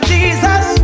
Jesus